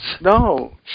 No